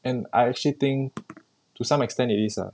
and I actually think to some extend it is ah